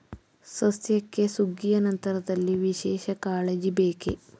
ಸಸ್ಯಕ್ಕೆ ಸುಗ್ಗಿಯ ನಂತರದಲ್ಲಿ ವಿಶೇಷ ಕಾಳಜಿ ಬೇಕೇ?